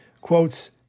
quotes